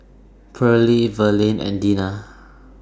Perley Verlene and Dina